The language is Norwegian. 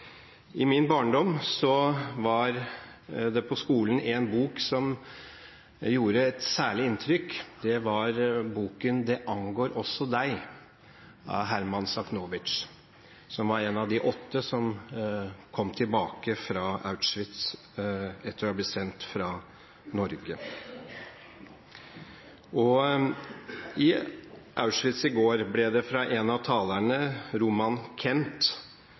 I min barndom var det på skolen en bok som gjorde et særlig inntrykk. Det var boken «Det angår også deg» av Herman Sachnowitz, som var en av de åtte som kom tilbake fra Auschwitz etter å ha blitt sendt fra Norge. I Auschwitz i går uttalte en av talerne, Roman Kent,